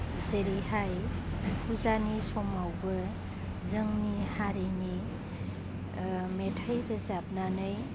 जेरैहाय फुजानि समावबो जोंनि हारिनि मेथाय रोजाबनानै